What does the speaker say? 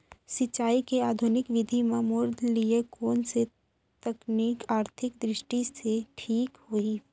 सिंचाई के आधुनिक विधि म मोर लिए कोन स तकनीक आर्थिक दृष्टि से ठीक होही?